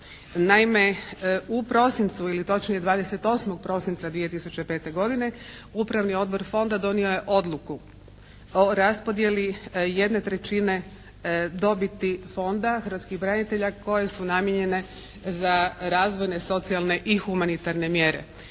Naime, u prosincu ili točnije 28. prosinca 2005. godine Upravni odbor fonda donio je odluku o raspodjeli jedne trećine dobiti Fonda hrvatskih branitelja koje su namijenjene za razvojne, socijalne i humanitarne mjere.